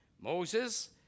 Moses